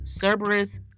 Cerberus